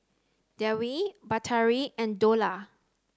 Dewi Batari and Dollah